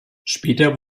später